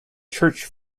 church